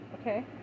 Okay